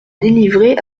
délivrée